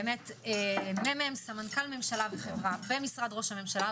מ"מ סמנ"ל ממשלה וחברה במשרד ראש הממשלה,